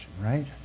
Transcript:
right